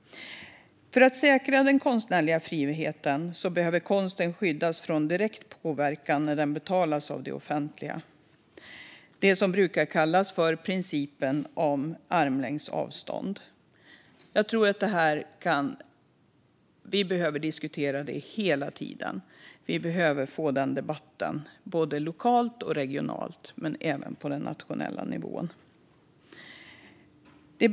För att säkra den konstnärliga friheten behöver konsten skyddas från direkt påverkan när den betalas av det offentliga, det som brukar kallas principen om armlängds avstånd. Det här tror jag att vi behöver diskutera hela tiden. Vi behöver få den debatten både lokalt, regionalt och på den nationella nivån.